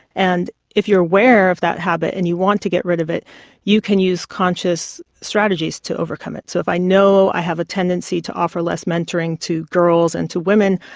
and if you aware of that habit and you want to get rid of it you can use conscious strategies to overcome it. so if i know i have a tendency to offer less mentoring to girls and to women,